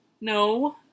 No